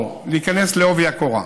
או להיכנס בעובי הקורה,